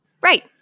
Right